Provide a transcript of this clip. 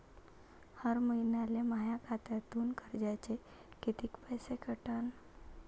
हर महिन्याले माह्या खात्यातून कर्जाचे कितीक पैसे कटन?